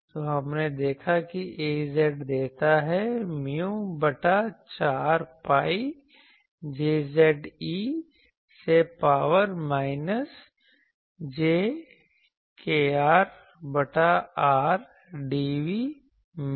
तो हमने देखा कि AZ देता है mu बटा 4 pi JZ e से पावर माइनस j kr बटा r dv म्यू